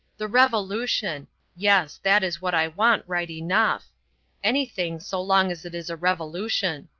the revolution yes, that is what i want right enough anything, so long as it is a revolution.